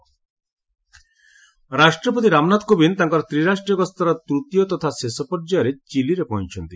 ପ୍ରେଜ୍ Chile visit ରାଷ୍ଟ୍ରପତି ରାମନାଥ କୋବିନ୍ଦ ତାଙ୍କର ତ୍ରିରାଷ୍ଟ୍ରୀୟ ଗସ୍ତର ତୃତୀୟ ତଥା ଶେଷ ପର୍ଯ୍ୟାୟରେ ଚିଲିରେ ପହଞ୍ଚୁଛନ୍ତି